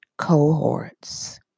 Cohorts